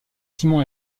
simon